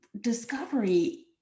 discovery